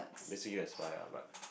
basically you aspire lah but